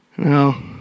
No